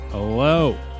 Hello